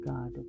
God